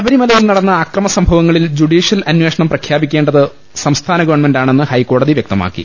ശബരിമലയിൽ നടന്ന അക്രമസംഭവങ്ങളിൽ ജുഡീഷ്യൽ അന്വേഷണം പ്രഖ്യാപിക്കേണ്ടത് സംസ്ഥാന ഗവൺമെന്റാണെന്ന് ഹൈക്കോടതി വ്യക്തമാക്കി